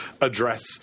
address